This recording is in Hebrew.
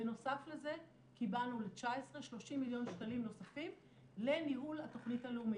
בנוסף לזה קיבלנו ל-19' 30 מיליון שקלים נוספים לניהול התכנית הלאומית.